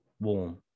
warm